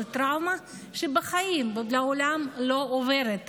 זו טראומה שבחיים ולעולם לא עוברת,